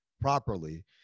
properly